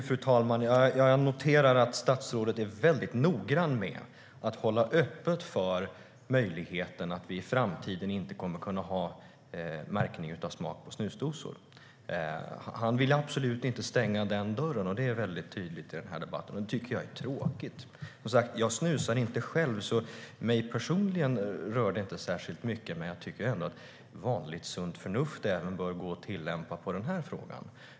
Fru talman! Jag noterar att statsrådet är väldigt noga med att hålla öppet för möjligheten att vi i framtiden inte kommer att kunna ha märkning av smak på snusdosor. Han vill absolut inte stänga den dörren. Det är väldigt tydligt i den här debatten, och det tycker jag är tråkigt. Jag snusar som sagt inte själv, så mig personligen rör det inte särskilt mycket. Men jag tycker ändå att vanligt sunt förnuft bör gå att tillämpa även på den här frågan.